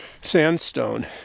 sandstone